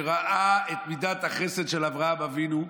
שראה את מידת החסד של אברהם אבינו,